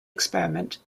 experiment